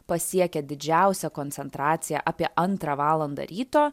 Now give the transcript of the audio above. pasiekia didžiausią koncentraciją apie antrą valandą ryto